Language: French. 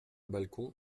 balcon